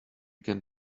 can